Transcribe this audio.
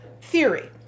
theory